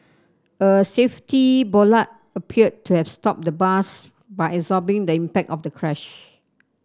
a safety bollard appeared to have stopped the bus by absorbing the impact of the crash